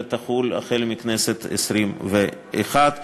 אלא החל בכנסת העשרים-ואחת,